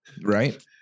Right